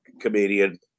comedian